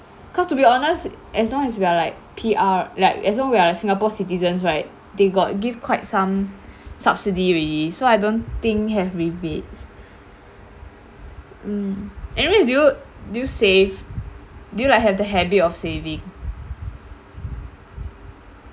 cause to be honest as long as we're like P_R like as long we're singapore citizens right they got give quite some subsidy already so I don't think have rebates mm anyway do you do you save do you like have the habit of saving